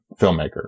filmmaker